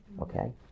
Okay